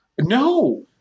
No